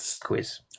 quiz